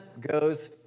goes